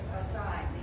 aside